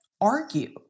argue